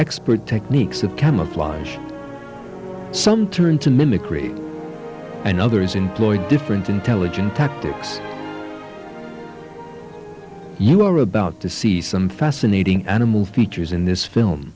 expert techniques of camouflage some turn to mimicry and others employ different intelligent tactics you are about to see some fascinating animal features in this film